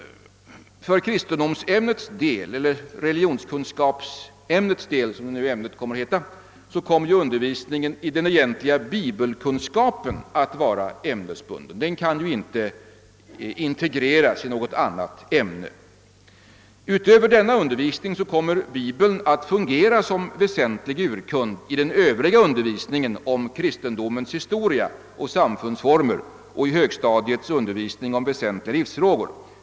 För kristendomsämnets eller — "som det nu kommer att heta — religionskunskapsämnets del kommer undervisningen i den egentliga bibelkunskapen att vara ämnesbunden. Den kan inte integreras i något annat ämne. Utöver denna undervisning kommer Bibeln att fungera såsom väsentlig urkund i den övriga undervisningen om kristendomens historia och samfundsformer och i högstadiets undervisning om väsentliga livsfrågor.